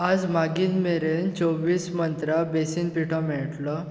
आयज मागीर मेरेन चोवीस मंत्रा बेसीन पिठो मेळटलो